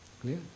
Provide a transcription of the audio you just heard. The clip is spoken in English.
Clear